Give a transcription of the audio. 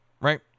right